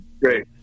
Great